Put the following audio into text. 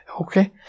Okay